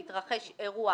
בהתרחש אירוע